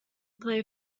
play